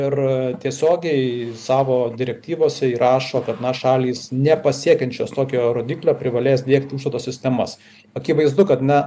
ir tiesiogiai savo direktyvose įrašo kad na šalys nepasiekiančios tokio rodiklio privalės diegti užstato sistemas akivaizdu kad na